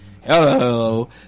hello